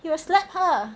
he will slapped her